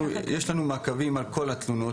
יש לנו מעקבים על כל התלונות,